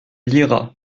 lira